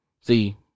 See